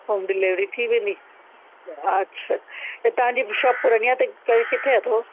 home delivery थीं वेंदी अच्छा ऐं तव्हांजी शॉप पुरनिया ते कहिड़ी किथे अथव